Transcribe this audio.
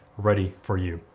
ready for you.